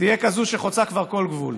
תהיה כזו שחוצה כבר כל גבול,